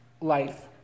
life